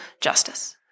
justice